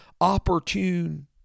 opportune